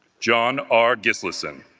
john argus listen